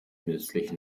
nützlich